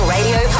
Radio